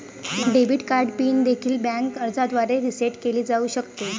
debit card pin देखील bank अर्जाद्वारे reset केले जाऊ शकते